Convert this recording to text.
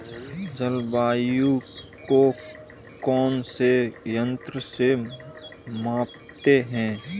जलवायु को कौन से यंत्र से मापते हैं?